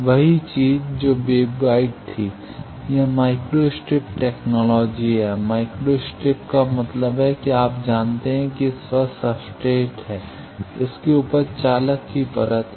वही चीज जो वेवगाइड थी यह माइक्रो स्ट्रिप टेक्नोलॉजी है माइक्रो स्ट्रिप का मतलब है कि आप जानते हैं कि इस पर सब्सट्रेट है इसके ऊपर चालक की परत है